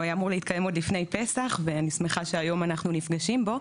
הוא היה אמור להתקיים עוד לפני פסח ואני שמחה שהיום אנחנו נפגשים בו.